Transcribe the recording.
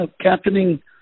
captaining